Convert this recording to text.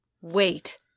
Wait